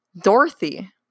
Dorothy